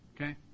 Okay